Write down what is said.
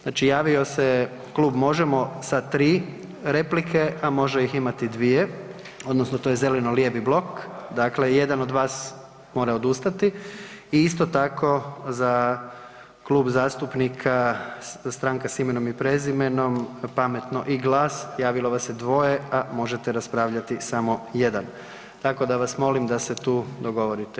Znači javio se Klub Možemo sa 3 replike, a može ih imati 2, odnosno to je zeleno-lijevi blok, dakle jedan od vas mora odustati i isto tako za Klub zastupnika Stranka s imenom i prezimenom, Pametno i GLAS javilo vas se 2, a možete raspravljati samo 1. Tako da vas molim da se tu dogovorite.